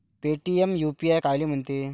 Paytm UPI कायले म्हनते?